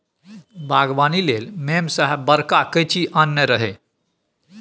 बागबानी लेल मेम साहेब बड़का कैंची आनने रहय